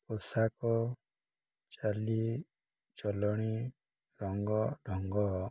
ପୋଷାକ ଚାଲି ଚଲଣି ରଙ୍ଗ ଢଙ୍ଗ